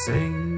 Sing